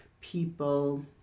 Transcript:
people